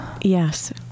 yes